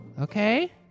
Okay